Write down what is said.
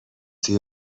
توی